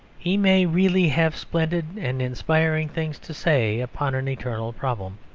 he may really have splendid and inspiring things to say upon an eternal problem.